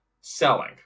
selling